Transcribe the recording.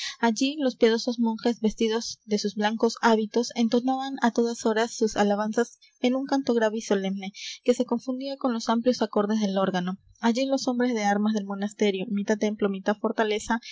allí los piadosos monjes vestidos de sus blancos hábitos entonaban á todas horas sus alabanzas en un canto grave y solemne que se confundía con los amplios acordes del órgano allí los hombres de armas del monasterio mitad templo mitad fortaleza